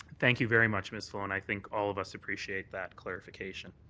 thank you very much, ms. sloan. i think all of us appreciate that clarification.